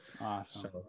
Awesome